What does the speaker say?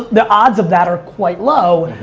the odds of that are quite low.